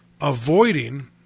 avoiding